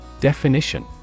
Definition